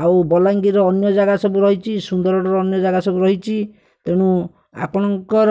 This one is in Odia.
ଆଉ ବଲାଙ୍ଗୀରର ଅନ୍ୟ ଜାଗା ସବୁ ରହିଛି ସୁନ୍ଦରଗଡ଼ର ଅନ୍ୟ ଜାଗା ସବୁ ରହିଛି ତେଣୁ ଆପଣଙ୍କର